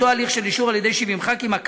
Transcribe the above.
באותו הליך של אישור על-ידי 70 חברי כנסת,